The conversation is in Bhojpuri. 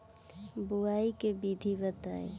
बुआई के विधि बताई?